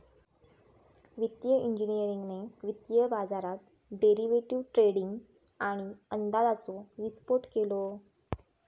वित्तिय इंजिनियरिंगने वित्तीय बाजारात डेरिवेटीव ट्रेडींग आणि अंदाजाचो विस्फोट केलो